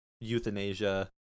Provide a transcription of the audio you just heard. euthanasia